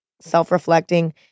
self-reflecting